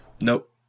Nope